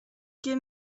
give